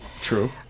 True